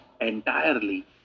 entirely